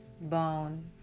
bone